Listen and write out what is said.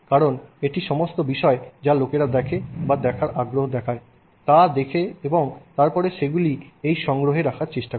কারণ এটি সমস্ত বিষয় যা লোকেরা দেখে বা দেখার আগ্রহ দেখায় তা দেখে এবং তারপরে সেগুলি এই সংগ্রহে রাখার চেষ্টা করে